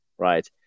right